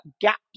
gaps